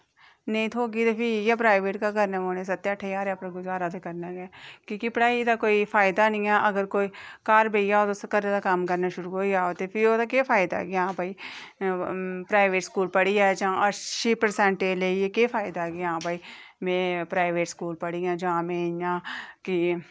नेईं थ्होगी ते भी इयै प्राईवेट गै करना पौनी सत्त अट्ठ ज्हार पर गुजारा करना गै की के पढ़ाई दा कोई फायदा निं ऐ अगर कोई तुस घर बेही जाओ ते घरै दा कम्म करना शुरू होई जाओ ते भी ओह्दा केह् फायदा कि आं भई प्राईवेट स्कूल पढ़ियै जां अच्छी परसैंटेज़ लेइयै केह् फायदा कि आं भई में प्राईवेट स्कूल पढ़ी आं जां इं'या